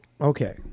Okay